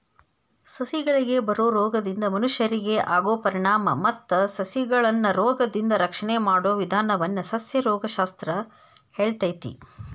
ಸಸಿಗಳಿಗೆ ಬರೋ ರೋಗದಿಂದ ಮನಷ್ಯರಿಗೆ ಆಗೋ ಪರಿಣಾಮ ಮತ್ತ ಸಸಿಗಳನ್ನರೋಗದಿಂದ ರಕ್ಷಣೆ ಮಾಡೋ ವಿದಾನವನ್ನ ಸಸ್ಯರೋಗ ಶಾಸ್ತ್ರ ಹೇಳ್ತೇತಿ